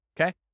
Okay